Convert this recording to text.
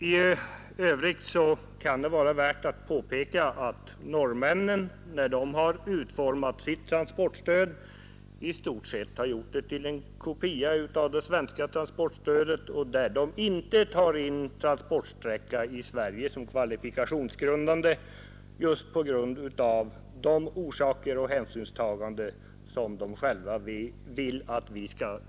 I övrigt kan det vara värt att påpeka att norrmännen när de utformade sitt transportstöd i stort sett gjorde det till en kopia av det svenska transportstödet. De tar inte in transportsträcka i Sverige som kvalifikationsgrundande just på grund av att de själva vill att vi skall visa dem samma hänsynstagande.